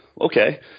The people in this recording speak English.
okay